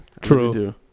true